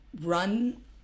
run